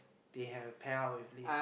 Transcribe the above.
they have pair up with lift